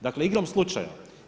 Dakle igrom slučaja.